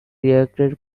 reacted